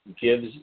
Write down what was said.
gives